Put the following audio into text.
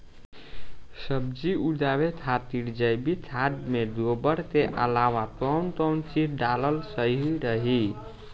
सब्जी उगावे खातिर जैविक खाद मे गोबर के अलाव कौन कौन चीज़ डालल सही रही?